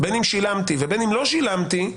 ובין אם לא שילמתי,